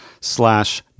slash